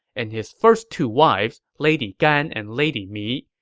and his first two wives, lady gan and lady mi,